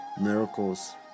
Miracles